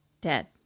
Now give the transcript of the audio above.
dead